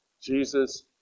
Jesus